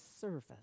service